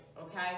okay